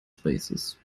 spaces